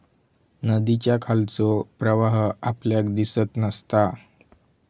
नदीच्या खालचो प्रवाह आपल्याक दिसत नसता